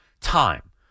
time